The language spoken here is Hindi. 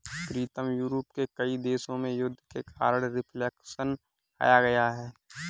प्रीतम यूरोप के कई देशों में युद्ध के कारण रिफ्लेक्शन लाया गया है